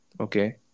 Okay